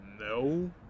No